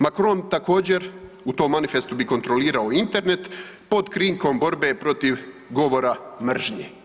Macron također u tom manifestu bi kontrolirao Internet pod krinkom borbe protiv govora mržnje.